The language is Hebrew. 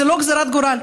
זו לא גזרת גורל,